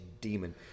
demon